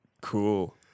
cool